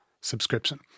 subscription